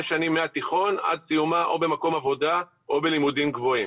שנים מהתיכון עד סיומה או במקום עבודה או בלימודים גבוהים.